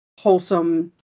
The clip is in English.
wholesome